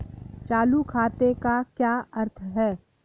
चालू खाते का क्या अर्थ है?